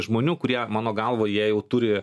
žmonių kurie mano galva jie jau turi